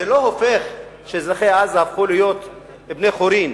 זה לא אומר שאזרחי עזה הפכו להיות בני חורין,